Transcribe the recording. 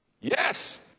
yes